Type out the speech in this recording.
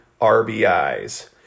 RBIs